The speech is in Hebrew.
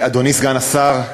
אדוני סגן השר,